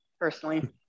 personally